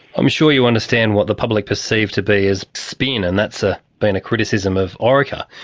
i'm sure you understand what the public perceived to be as spin, and that's ah been a criticism of orica.